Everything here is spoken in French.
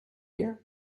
guerre